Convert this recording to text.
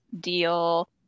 deal